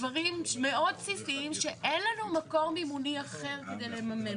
דברים מאוד בסיסיים שאין לנו מקור מימוני אחר כדי לממן אותם.